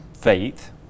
faith